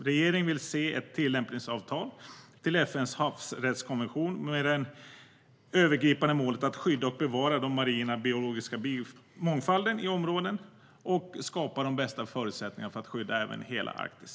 Regeringen vill se ett tillämpningsavtal för FN:s havsrättskonvention med det övergripande målet att skydda och bevara den marina biologiska mångfalden i dessa områden och skapa de bästa förutsättningarna för att skydda hela Arktis.